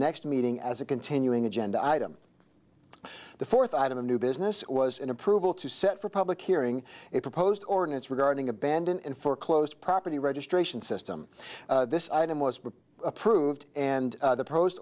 next meeting as a continuing agenda item the fourth item of new business was an approval to set for public hearing a proposed ordinance regarding abandon in foreclosed property registration system this item was approved and the post